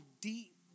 deep